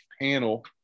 panel